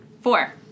Four